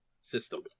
system